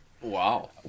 Wow